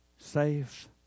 safe